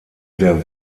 der